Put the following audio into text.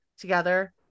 together